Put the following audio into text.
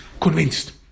convinced